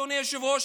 אדוני היושב-ראש,